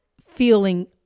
feeling